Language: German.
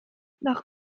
nach